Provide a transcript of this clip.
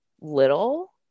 little